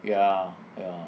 ya ya